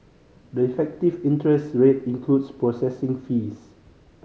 the effective interest rate includes processing fees